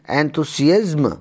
enthusiasm